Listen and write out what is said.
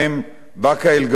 באקה-אל-ע'רביה,